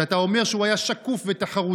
שאתה אומר שהוא היה שקוף ותחרותי,